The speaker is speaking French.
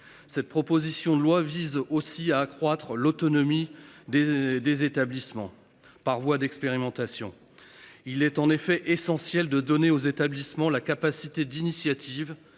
Cette proposition de loi vise aussi à accroître l'autonomie des des établissements par voie d'expérimentation. Il est en effet essentiel de donner aux établissements, la capacité d'initiatives,